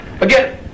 Again